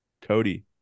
Cody